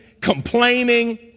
complaining